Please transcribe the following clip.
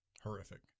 horrific